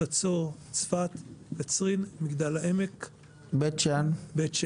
חצור, צפת, קצרין, מגדל העמק, בית-שאן,